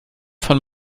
von